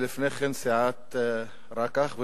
ולפני כן בסיעת רק"ח,